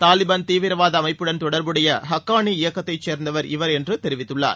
தாலிபாள் தீவிரவாத அமைப்புடன் தொடர்புடைய ஹக்காளி இயக்கத்தை சேர்ந்தவர் இவர் என்று அவர் தெரிவித்துள்ளார்